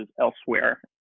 elsewhere